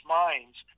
minds